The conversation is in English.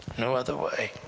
no other way.